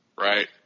right